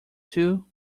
too